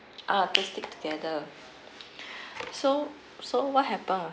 ah then stick together so so what happen was